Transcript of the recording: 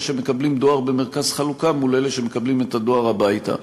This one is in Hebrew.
שמקבלים דואר במרכז חלוקה מול אלה שמקבלים את הדואר הביתה.